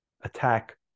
attack